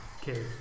Okay